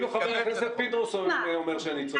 אפילו ח"כ פינדרוס אומר שאני צודק.